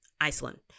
Iceland